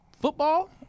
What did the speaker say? football